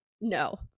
no